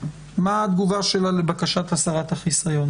מה התגובה שלה לבקשת הסרת החיסיון,